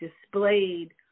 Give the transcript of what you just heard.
displayed